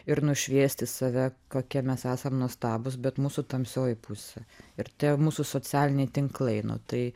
ir nušviesti save kokie mes esam nuostabūs bet mūsų tamsioji pusė ir tie mūsų socialiniai tinklai nu tai